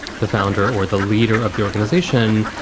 the founder or the leader of the organization.